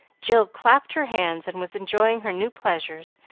jill clapped her hands, and was enjoying her new pleasures,